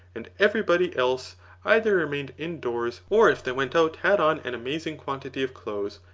and everybody else either remained indoors, or if they went out had on an amazing quantity of clothes,